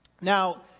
Now